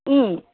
उम्